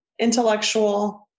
intellectual